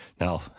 Now